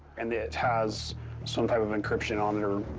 and it has some type of encryption on it or,